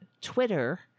Twitter